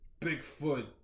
Bigfoot